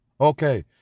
Okay